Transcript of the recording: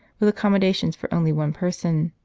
with accommodation for only one person.